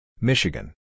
Michigan